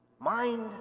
mind